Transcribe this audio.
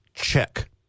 check